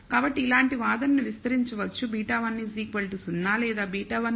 కాబట్టి ఇలాంటి వాదనను విస్తరించవచ్చు β1 0 లేదా β1